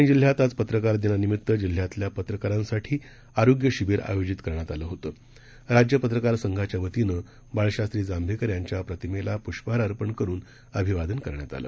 परभणी जिल्ह्यात आज पत्रकार दिनानिमित्त जिल्ह्यातल्या पत्रकारांसाठी आरोग्य शिबिर आयोजित करण्यात आलं होतंराज्य पत्रकार संघाच्यावतीनं बाळशास्त्री जांभेकर यांच्या प्रतिमेला पुष्पहार अर्पण करून अभिवादन करण्यात आलं